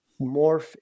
morph